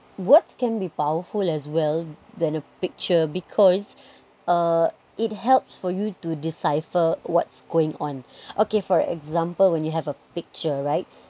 words can be powerful as well than a picture because uh it helps for you to decipher what's going on okay for example when you have a picture right